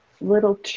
little